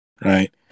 right